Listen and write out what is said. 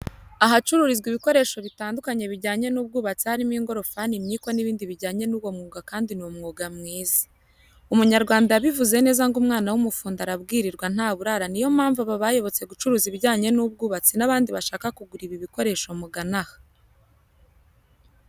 Ahacururizwa ibikoresho bitandukanya bijyanye n'ubwubatsi harimo ingorofani imyiko n'ibindi bijyanye n'uwo mwuga kandi ni umwuga mwiza. Umunyarwanda yabivuze neza ngo umwana w'umufundi arabwirwa ntaburara ni yo mpamvu aba bayobotse gucuruza ibijyanye n'ubwubatsi n'abandi bashaka kugura ibi bikoresho mugane aha.